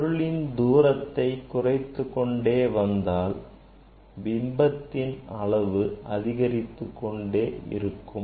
பொருளின் தூரத்தை குறைத்துக் கொண்டே வந்தால் பிம்பத்தின் அளவு அதிகரித்துக்கொண்டே இருக்கும்